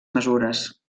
mesures